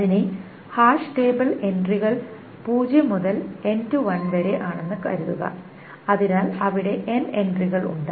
അതിനാൽ hash table എൻട്രികൾ 0 മുതൽ n 1 വരെ ആണെന്ന് കരുതുക അതിനാൽ അവിടെ n എൻട്രികൾ ഉണ്ട്